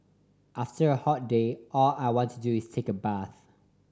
after a hot day all I want to do is take a bath